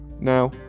now